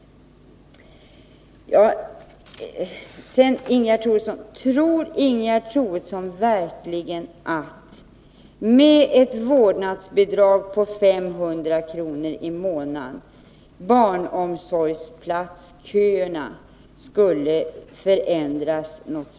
Sedan till Ingegerd Troedsson: Tror Ingegerd Troedsson verkligen att köerna till barnomsorgsplatser speciellt drastiskt skulle förändras i och med införandet av ett vårdnadsbidrag på 500 kr. i månaden?